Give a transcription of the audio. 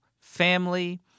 family